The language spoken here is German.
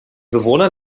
bewohner